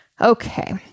Okay